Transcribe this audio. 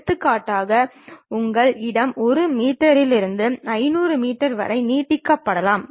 எடுத்துக்காட்டாக உங்கள் இடம் 1 மீட்டரிலிருந்து 500 மீட்டர் வரை நீட்டிக்கப்படலாம்